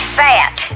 fat